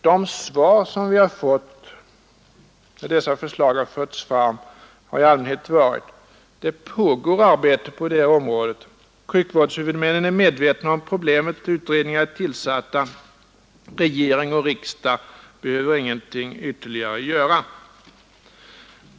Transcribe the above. De svar som vi fått när dessa förslag har förts fram har ofta varit: Det pågår arbete på det här området, sjukvårdshuvudmännen är medvetna om problemet, utredningar är tillsatta, regering och riksdag behöver ingenting Ytterligare göra.